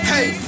Hey